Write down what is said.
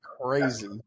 crazy